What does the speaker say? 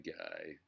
guy